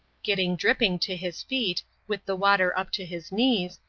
getting dripping to his feet, with the water up to his knees,